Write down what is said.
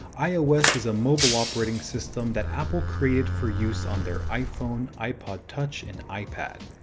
ios is a mobile operating system that apple created for use on their iphone, ipod touch and ipad.